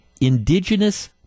Indigenous